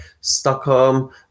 Stockholm